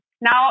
Now